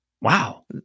Wow